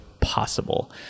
possible